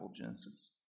Genesis